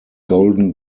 golden